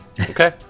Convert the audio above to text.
Okay